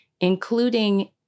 including